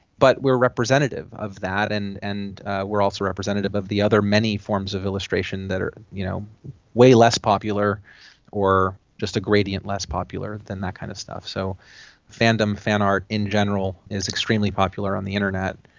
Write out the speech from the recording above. but we are representative of that and and we are also representative of the other many forms of illustration that are you know way less popular or just a gradient less popular than that kind of stuff. so fandom, fan art in general is extremely popular on the internet,